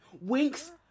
Winks